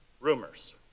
rumors